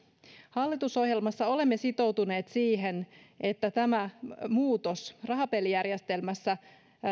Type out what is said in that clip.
hallitusohjelmassa olemme sitoutuneet siihen että tämä muutos rahapelijärjestelmässä